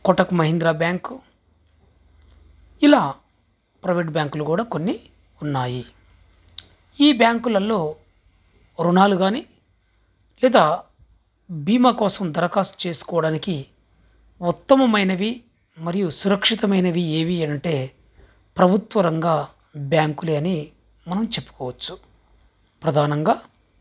Kotak Mahindra bank ఇలా private బ్యాంకులు కూడా కొన్ని ఉన్నాయి ఈ బ్యాంకులల్లో రుణాలు కానీ లేదా బీమా కోసం దరఖాస్తు చేసుకోవడానికి ఉత్తమమైనవి మరియు సురక్షితమైనవి ఏవి అనంటే ప్రభుత్వరంగ బ్యాంకులే అని మనం చెప్పుకోవచ్చు ప్రధానంగా